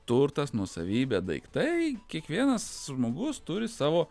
turtas nuosavybė daiktai kiekvienas žmogus turi savo